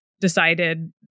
decided